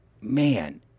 man